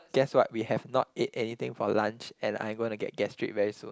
guess what we have not ate anything for lunch and I'm gonna get gastric very soon